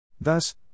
Thus